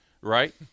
right